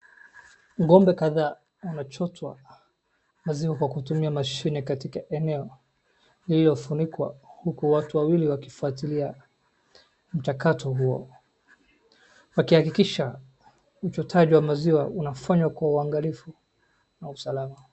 Ng'ombe kadhaa wanachotwa maziwa kwa kutumia mashini katika eneo lililofunikwa, huku watu wawili wakifuatilia mtakato huo, wakihakikisha uchotaji wa maziwa unafanywa kwa uangalifu na usalama.